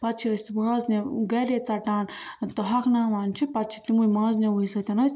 پَتہٕ چھِ أسۍ مازنیٚو گَھرے ژَٹان تہٕ ہۄکھناوان چھِ پَتہٕ چھِ تِموٕے مازنیٚوٕے سۭتۍ أسۍ